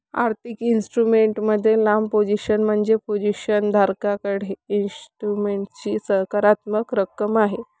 आर्थिक इन्स्ट्रुमेंट मध्ये लांब पोझिशन म्हणजे पोझिशन धारकाकडे इन्स्ट्रुमेंटची सकारात्मक रक्कम आहे